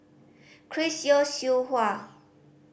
Chris Yeo Siew Hua